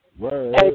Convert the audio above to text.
Hey